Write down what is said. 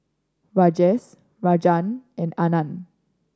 Rajesh Rajan and Anand